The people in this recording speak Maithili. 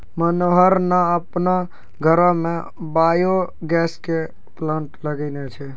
मनोहर न आपनो घरो मॅ बायो गैस के प्लांट लगैनॅ छै